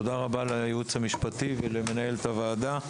תודה רבה לייעוץ המשפטי ולמנהלת הוועדה.